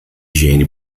higiene